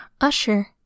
Usher